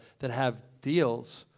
that have deals,